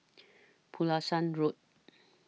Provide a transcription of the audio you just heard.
Pulasan Road